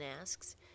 asks